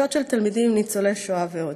פגישות של תלמידים עם ניצולי השואה ועוד.